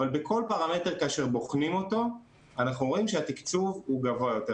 אבל בכל פרמטר כאשר בוחנים אותו אנחנו רואים שהתקצוב גבוה יותר.